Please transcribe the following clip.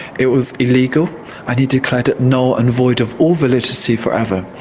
it was illegal and he declared it null and void of all validity forever.